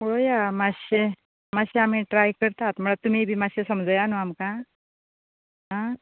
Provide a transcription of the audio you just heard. पळोया माश्शे माश्शे आमी ट्रय करतात म्हळ् तुमीय बी माश्शे समजयात आमकां आं